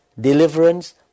deliverance